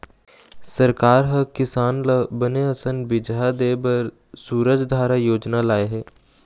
सरकार ह किसान ल बने असन बिजहा देय बर सूरजधारा योजना लाय हे